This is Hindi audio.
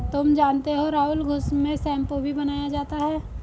तुम जानते हो राहुल घुस से शैंपू भी बनाया जाता हैं